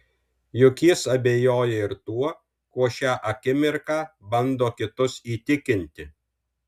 juk jis abejoja ir tuo kuo šią akimirką bando kitus įtikinti